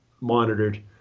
monitored